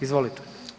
Izvolite.